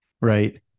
Right